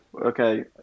Okay